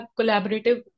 collaborative